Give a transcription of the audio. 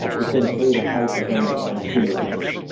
is gonna pay the piper down the line sooner or later.